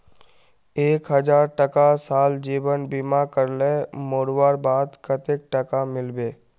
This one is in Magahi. एक हजार टका साल जीवन बीमा करले मोरवार बाद कतेक टका मिलबे?